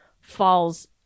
falls